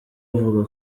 avuga